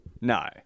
No